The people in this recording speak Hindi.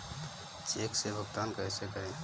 चेक से भुगतान कैसे करें?